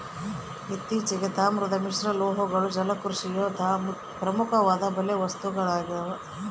ಇತ್ತೀಚೆಗೆ, ತಾಮ್ರದ ಮಿಶ್ರಲೋಹಗಳು ಜಲಕೃಷಿಯಲ್ಲಿ ಪ್ರಮುಖವಾದ ಬಲೆ ವಸ್ತುಗಳಾಗ್ಯವ